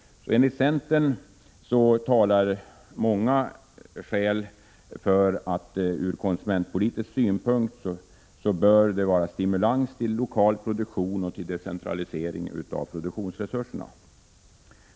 Från konsumentpolitisk synpunkt talar enligt centern många skäl för att stimulans skall ges till lokal produktion och decentralisering av produktionsresurserna.